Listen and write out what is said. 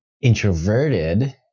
introverted